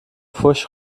pfusch